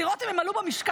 לראות אם הם עלו במשקל,